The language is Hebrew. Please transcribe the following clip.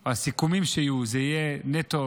או הסיכומים שיהיו יהיו נטו